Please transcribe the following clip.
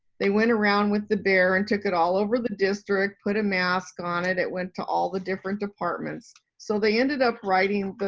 they went around with the bear and took it all over the district, put a mask on it, it went to all the different departments. so they ended up writing